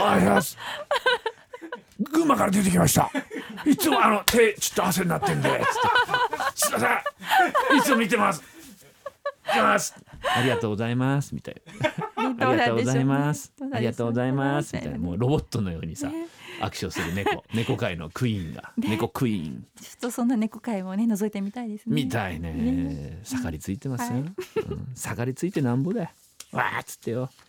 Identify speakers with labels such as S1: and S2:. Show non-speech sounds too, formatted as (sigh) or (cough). S1: おはようございます。
S2: (laughs)
S1: 群馬から出てきました。いつもあの、手ちょっと汗になってんで。すいません。いつも見てます。行きます。ありがとうございます、みたいな。
S2: どうなんでしょうね。
S1: ありがとうございます。
S2: どうなんでしょう。
S1: ありがとうございます、みたいな。もうロボットのようにさ、
S2: ね。
S1: 握手をする猫。猫界のクイーンが。
S2: ね。
S1: 猫クイーン。
S2: ちょっとそんな猫界もね、覗いてみたいですね。
S1: みたいね。
S2: ね。
S1: 下がりついてますよ。
S2: はい。
S1: うん。下がりついてなんぼだよ。わーっつってよ。